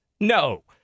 no